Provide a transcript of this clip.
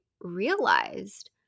realized